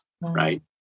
right